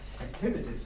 activities